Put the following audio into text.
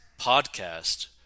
podcast